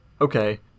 okay